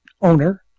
owner